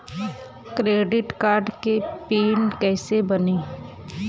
Credit card के PIN कैसे बनी?